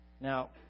Now